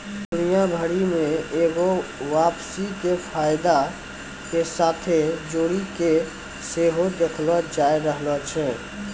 दुनिया भरि मे एगो वापसी के फायदा के साथे जोड़ि के सेहो देखलो जाय रहलो छै